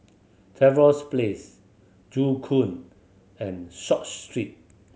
Trevose Place Joo Koon and Short Street